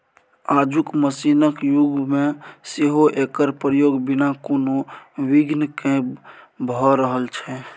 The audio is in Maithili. आजुक मशीनक युग मे सेहो एकर प्रयोग बिना कोनो बिघ्न केँ भ रहल छै